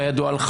כידוע לך,